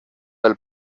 del